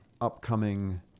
upcoming